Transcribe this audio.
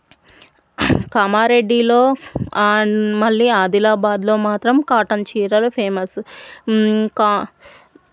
కామారెడ్డిలో అండ్ మళ్ళీ ఆదిలాబాద్లో మాత్రం కాటన్ చీరలు ఫేమస్